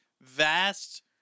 vast